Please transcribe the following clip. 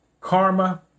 karma